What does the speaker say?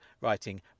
writing